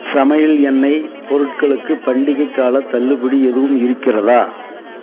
சமையல் எண்ணெய் பொருட்களுக்கு பண்டிகைக் காலத் தள்ளுபடி எதுவும் இருக்கிறதா